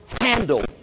handle